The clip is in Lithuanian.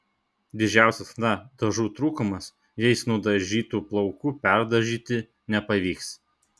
didžiausias chna dažų trūkumas jais nudažytų plaukų perdažyti nepavyks